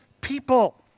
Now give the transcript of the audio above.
people